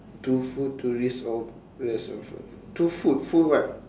two food to risk of rest of your two food food what